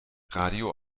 radio